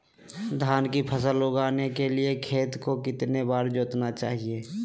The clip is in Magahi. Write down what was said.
धान की फसल उगाने के लिए खेत को कितने बार जोतना चाइए?